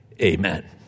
amen